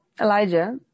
Elijah